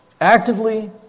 actively